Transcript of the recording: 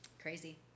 Crazy